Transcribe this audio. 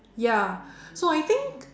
ya so I think